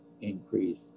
increase